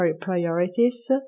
priorities